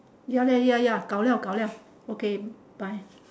eh 时间到啊是不是时间到啊 okay bye